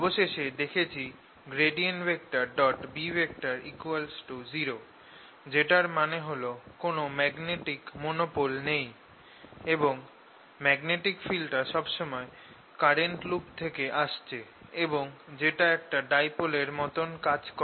অবশেষে দেখেছি B 0 যেটার মানে হল কোন ম্যাগনেটিক মনোপোল নেই এবং ম্যাগনেটিক ফিল্ডটা সবসময়ে কারেন্ট লুপ থেকে আসছে এবং যেটা একটা ডাইপোল এর মতন কাজ করে